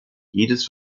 jedes